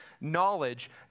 knowledge